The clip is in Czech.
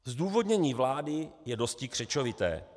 Zdůvodnění vlády je dosti křečovité.